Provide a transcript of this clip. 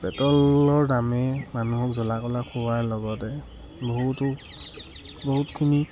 পেট্ৰলৰ দামে মানুহক জ্বলা কলা খুওৱাৰ লগতে বহুতো বহুতখিনি